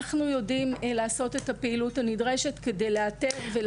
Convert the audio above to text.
אנחנו יודעים לעשות את הפעילות הנדרשת כדי לאתר ולתת מענה.